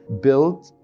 build